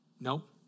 Nope